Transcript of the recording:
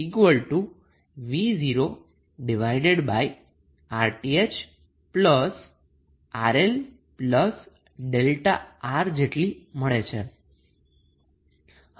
તો તે IL V0RTh RLΔR મળે છે